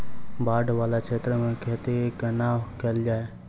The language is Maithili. बाढ़ वला क्षेत्र मे खेती कोना कैल जाय?